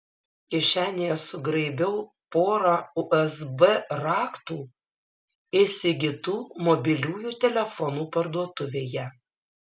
kišenėje sugraibiau porą usb raktų įsigytų mobiliųjų telefonų parduotuvėje